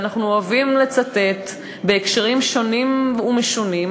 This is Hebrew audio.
שאנחנו אוהבים לצטט בהקשרים שונים ומשונים,